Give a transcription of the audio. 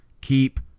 Keep